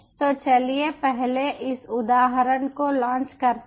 तो चलिए पहले इस उदाहरण को लॉन्च करते हैं